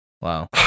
Wow